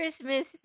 Christmas